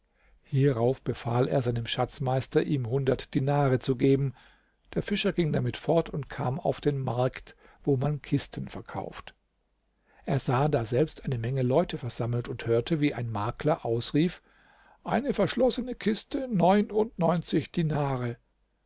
hierauf befahl er seinem schatzmeister ihm hundert dinare zu geben der fischer ging damit fort und kam auf den markt wo man kisten verkauft er sah daselbst eine menge leute versammelt und hörte wie ein makler ausrief eine verschlossene kiste neunundneunzig dinare